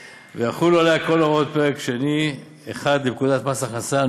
יחולו עליה כל הוראות פרק שני 1 לפקודת מס הכנסה .